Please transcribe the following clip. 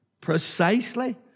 precisely